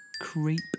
creep